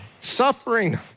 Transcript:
suffering